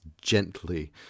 gently